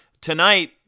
tonight